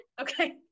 Okay